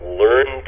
learn